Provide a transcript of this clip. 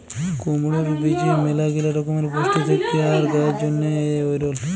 কুমড়র বীজে ম্যালাগিলা রকমের পুষ্টি থেক্যে আর গায়ের জন্হে এঔরল